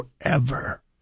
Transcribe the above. forever